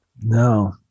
No